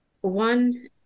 one